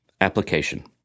Application